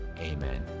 amen